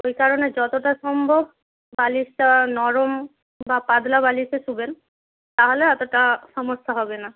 ওই কারণে যতটা সম্ভব বালিশটা নরম বা পাতলা বালিশে শোবেন তাহলে অতটা সমস্যা হবে না